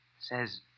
says